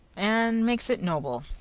and makes it noble,